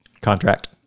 Contract